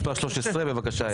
הסתייגות מספר 13. בבקשה, אייל.